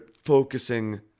focusing